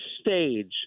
stage